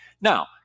Now